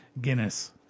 Guinness